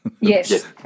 Yes